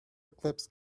eclipse